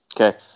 Okay